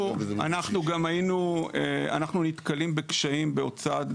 אנחנו נתקלים בקשיים גם בהוצאה,